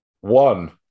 One